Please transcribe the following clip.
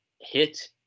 hit